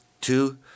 Two